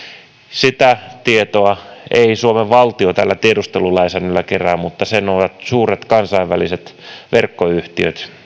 sitä tietoa ei suomen valtio tällä tiedustelulainsäädännöllä kerää mutta sen ovat suuret kansainväliset verkkoyhtiöt